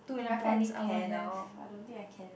ya I feel like eating pear now but I don't think I can right